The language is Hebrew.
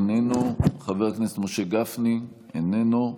איננו, חבר הכנסת משה גפני, איננו,